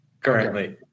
currently